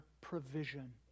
provision